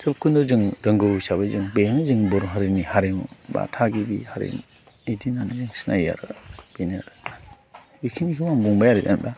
गासैखौनो जों रोंगौ हिसाबै जों बेहायनो जों बर' हारिनि हारिमु बा थागिबि हारिमु बिदि होननानै जों सिनायो आरो बेनो आरो बेखिनिखौ आं बुंबाय आरो आं दा